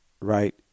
right